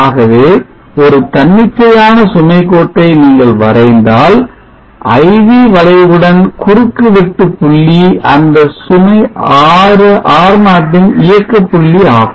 ஆகவே ஒரு தன்னிச்சையான சுமைகோட்டை நீங்கள் வரைந்தால் IV வளைவுடன் குறுக்கு வெட்டுப் புள்ளி அந்த சுமை R0 ன் இயக்கப் புள்ளி ஆகும்